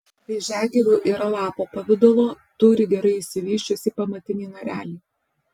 vėžiagyvių yra lapo pavidalo turi gerai išsivysčiusį pamatinį narelį